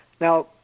Now